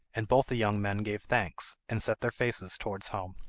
and both the young men gave thanks, and set their faces towards home.